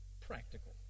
practical